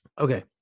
Okay